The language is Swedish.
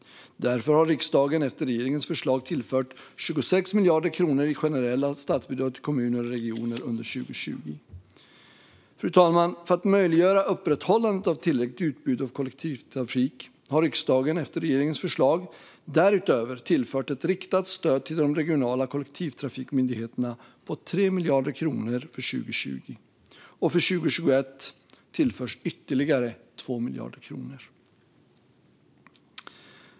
Därför har riksdagen efter regeringens förslag tillfört 26 miljarder kronor i generella statsbidrag till kommuner och regioner under 2020. Fru talman! För att möjliggöra upprätthållandet av ett tillräckligt utbud av kollektivtrafik har riksdagen efter regeringens förslag därutöver tillfört ett riktat stöd till de regionala kollektivtrafikmyndigheterna på 3 miljarder kronor för 2020. För 2021 tillförs ytterligare 2 miljarder kronor.